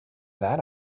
that